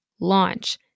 launch